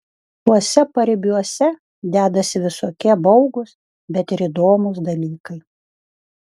tuose paribiuose dedasi visokie baugūs bet ir įdomūs dalykai